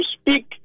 speak